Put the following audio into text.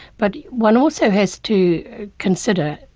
but one also has to consider,